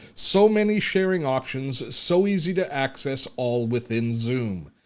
so many sharing options, so easy to access all within zoom.